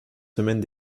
semaines